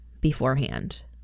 beforehand